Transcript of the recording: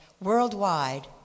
worldwide